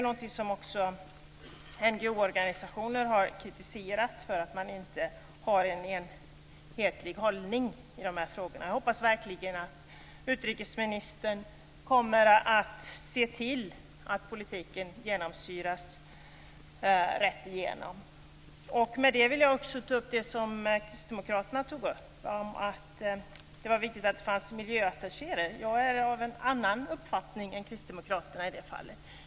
Även NGO:er har kritiserat att man inte har en enhetlig hållning i de här frågorna. Jag hoppas verkligen att utrikesministern kommer att se till att politiken genomsyras av detta. Jag vill också ta upp det som kristdemokraterna tog upp, att det var viktigt att det fanns miljöattachéer. Jag är av en annan uppfattning än kristdemokraterna i det fallet.